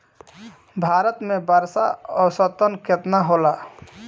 भारत में वर्षा औसतन केतना होला?